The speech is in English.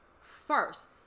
first